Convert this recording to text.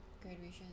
Graduation